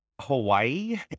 Hawaii